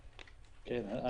כן.